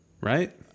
Right